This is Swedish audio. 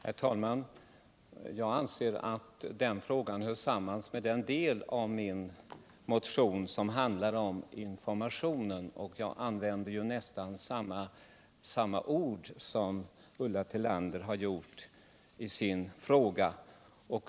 Herr talman! Jag anser att den frågan hör samman med den del av min motion som handlar om informationen. Jag använde ju nästan samma ord som Ulla Tillander har gjort i sin fråga.